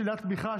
שלילת תמיכה),